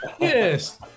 Yes